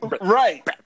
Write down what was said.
Right